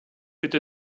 bitte